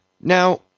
Now